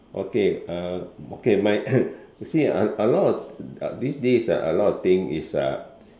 okay uh okay my turn you see a a lot these days ah a lot of thing is uh